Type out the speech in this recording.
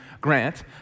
Grant